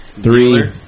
Three